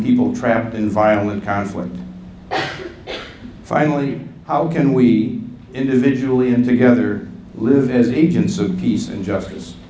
people trapped in violent conflict finally how can we individually and together live as agents of peace and justice